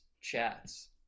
chats